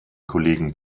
kollegen